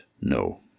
no